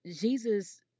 Jesus